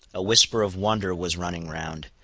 a whisper of wonder was running round,